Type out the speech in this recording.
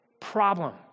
problem